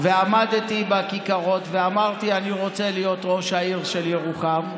ועמדתי בכיכרות ואמרתי: אני רוצה להיות ראש העיר של ירוחם.